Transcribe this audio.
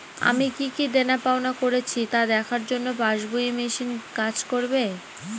আমি কি কি দেনাপাওনা করেছি তা দেখার জন্য পাসবুক ই মেশিন কাজ করবে?